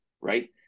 Right